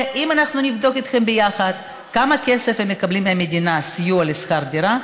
אם אנחנו נבדוק איתכם ביחד כמה כסף הם מקבלים מהמדינה כסיוע לשכר דירה,